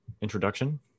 introduction